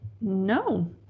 No